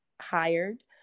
hired